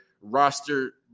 roster